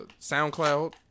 SoundCloud